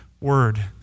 word